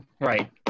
Right